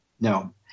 No